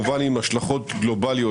כמובן עם השלכות גלובליות.